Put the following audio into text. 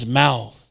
mouth